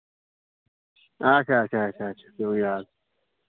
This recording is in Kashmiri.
اچھا اچھا اچھا اچھا پیٚوو یاد